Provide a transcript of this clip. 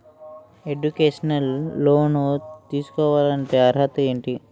Educational loan తీసుకోవాలంటే అర్హత ఏంటి?